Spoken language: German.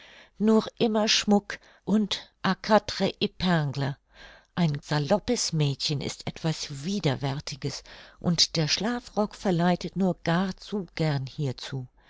nur immer schmuck und quatre peingles ein saloppes mädchen ist etwas widerwärtiges und der schlafrock verleitet nur gar zu gern hierzu